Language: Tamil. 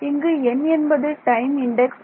இங்கு 'n' என்பது டைம் இன்டெக்ஸ்